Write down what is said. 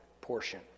portion